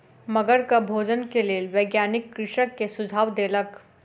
मगरक भोजन के लेल वैज्ञानिक कृषक के सुझाव देलक